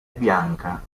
bianca